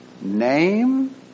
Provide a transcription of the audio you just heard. name